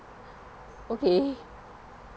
okay